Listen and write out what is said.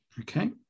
Okay